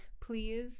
please